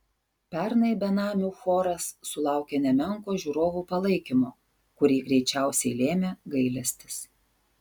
pernai benamių choras sulaukė nemenko žiūrovų palaikymo kurį greičiausiai lėmė gailestis